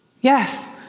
Yes